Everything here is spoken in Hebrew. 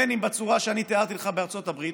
בין אם בצורה שאני תיארתי לך בארצות הברית